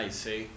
see